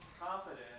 confident